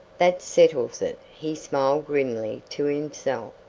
that settles it, he smiled grimly to himself.